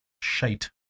Shite